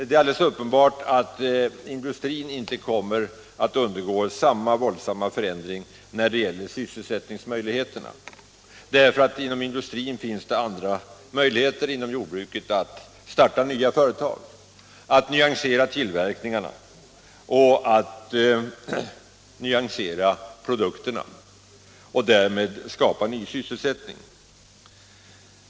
Det är alldeles uppenbart att industrin inte kommer att undergå samma våldsamma förändring när det gäller sysselsättningsmöjligheterna, eftersom det inom industrin finns andra möjligheter än inom jordbruket att starta nya företag, att nyansera tillverkningarna och att ändra produkterna och därmed skapa ny sysselsättning.